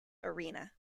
arena